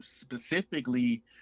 specifically